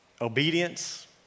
obedience